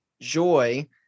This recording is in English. joy